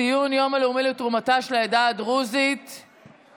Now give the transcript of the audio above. ציון יום לאומי לתרומתה ולפועלה של העדה הדרוזית (תיקון,